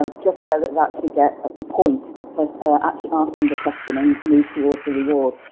um just so that they'd actually get a point for actually asking the question and move towards the reward.